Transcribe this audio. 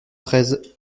treize